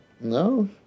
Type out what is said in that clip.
No